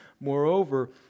Moreover